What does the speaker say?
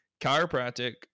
Chiropractic